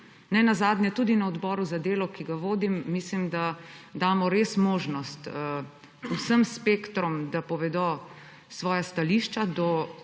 počnemo. Tudi na odboru za delo, ki ga vodim, mislim, da damo res možnost vsem spektrom, da povedo svoja stališča